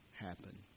happen